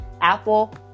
Apple